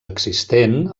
existent